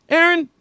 Aaron